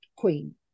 queen